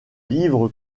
livres